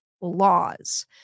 laws